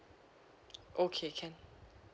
okay can